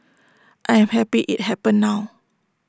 I am happy IT happened now